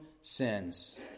sins